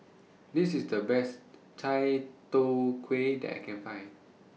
This IS The Best Chai Tow Kuay that I Can Find